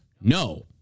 No